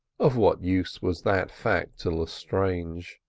of what use was that fact to lestrange?